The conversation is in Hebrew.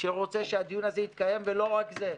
שרוצה שהדיון הזה יתקיים, ולא רק זה.